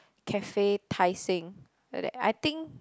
cafe Tai-Seng like that I think